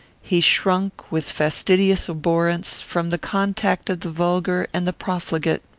he shrunk, with fastidious abhorrence, from the contact of the vulgar and the profligate.